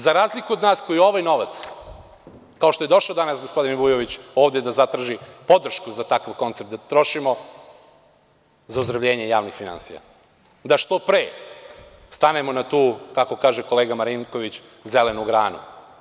Za razliku od nas koji ovaj novac, kao što je došao danas gospodin Vujović ovde da zatraži podršku za takav koncept da trošimo za ozdravljenje javnih finansija, da što pre stanemo na tu, kako kaže kolega Marinković, zelenu granu.